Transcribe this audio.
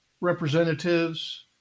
representatives